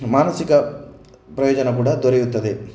ಮಾನಸಿಕ ಪ್ರಯೋಜನ ಕೂಡ ದೊರೆಯುತ್ತದೆ